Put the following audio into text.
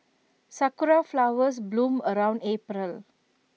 Sakura Flowers bloom around April